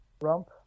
Rump